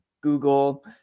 Google